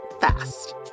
fast